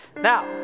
Now